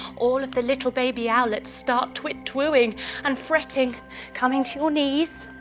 all of the little baby owlets start twit twooing and fretting coming to your knees.